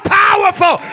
powerful